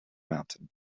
mountain